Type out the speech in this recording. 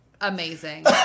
amazing